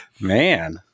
Man